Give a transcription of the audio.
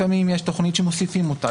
לפעמים יש תכנית שמוסיפים אותה,